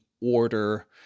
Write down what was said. order